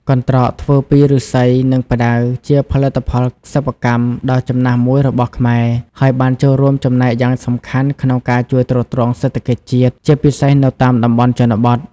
កន្ត្រកធ្វើពីឫស្សី និងផ្តៅ ជាផលិតផលសិប្បកម្មដ៏ចំណាស់មួយរបស់ខ្មែរ ហើយបានចូលរួមចំណែកយ៉ាងសំខាន់ក្នុងការជួយទ្រទ្រង់សេដ្ឋកិច្ចជាតិ ជាពិសេសនៅតាមតំបន់ជនបទ។